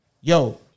Yo